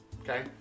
Okay